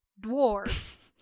dwarves